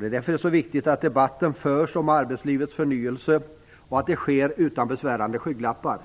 Det är därför det är så viktigt att debatten förs om arbetslivets förnyelse och att det sker utan besvärande skygglappar.